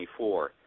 2024